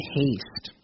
haste